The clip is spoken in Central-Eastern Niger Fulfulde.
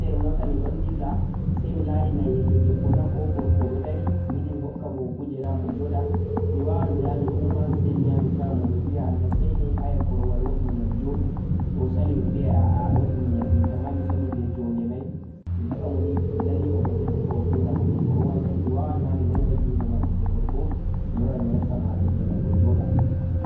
to mi joɗi ha nder moota mi ɗon dilla, say mi laari nayejo debbo na ko gorko ɗo dari mi yiɗi mi hokka mo kujeera am o joɗa mi waawan mi yaha mi umma say mi yaha mi tawa mo mi biya Allah sene aya korowal waɗu muyal jooɗu, to o sali, mi biyay aa waɗu muyal, miin kam ma mi somi be jonnde may mi heɓa mo ni mi lalliɓa mo ni o heɓa o joɗa ha dow korowal may, mi waawan ma mi nannga junngo maako to gorko mi waran mi resa mo ha pelle may o joɗa.